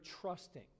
trusting